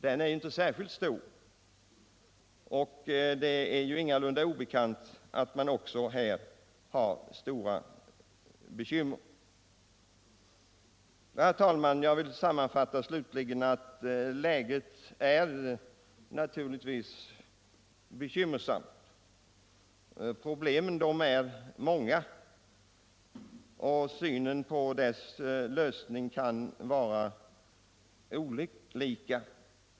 Men den är inte särskilt stor, och det är ingalunda obekant att också den har stora bekymmer. Herr talman! Jag vill sammanfatta. Läget är naturligtvis bekymmersamt. Problemen är många, och synen på deras lösning kan variera.